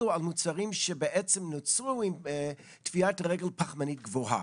על מוצרים שבעצם נוצרו עם טביעת רגל פחמנית גבוהה.